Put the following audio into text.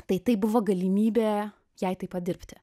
tai tai buvo galimybė jai tai padirbti